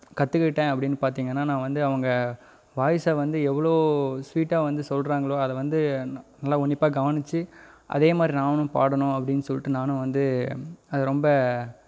கற்றுக்கிட்டேன் அப்படீன்னு பார்த்திங்கன்னா நான் வந்து அவங்க வாய்ஸை வந்து எவ்வளோ ஸ்வீட்டாக வந்து சொல்லுறாங்களோ அதை வந்து நல்லா உன்னிப்பாக கவனிச்சு அதேமாதிரி நானும் பாடணும் அப்படீன்னு சொல்லிட்டு நானும் வந்து அதை ரொம்ப